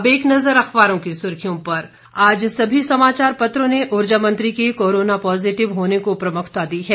अब एक नज़र अखबारों की सुर्खियों पर आज सभी समाचार पत्रों ने ऊर्जा मंत्री के कोरोना पॉजीटिव होने को प्रमुखता दी है